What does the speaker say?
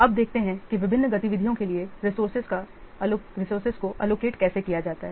अब देखते हैं कि विभिन्न गतिविधियों के लिए रिसोर्सेज को लोकेशन कैसे किया जाता है